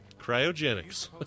Cryogenics